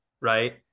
right